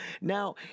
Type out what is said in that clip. Now